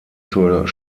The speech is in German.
zur